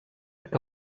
que